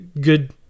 good